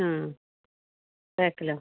ആ ബാക്കിലോ